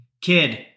Kid